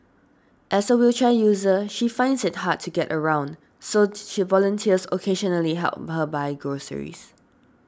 as a wheelchair user she finds it hard to get around so volunteers occasionally help her buy groceries